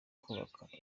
kubaka